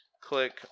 click